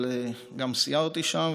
אבל גם סיירתי שם,